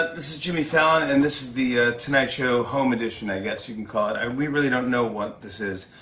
this is jimmy fallon, and this is the tonight show home edition, i guess you can call it. we really don't know what this is.